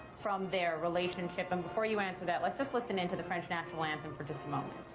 from their relationship and before you answer that, let's just listen in to the french national anthem for just a moment.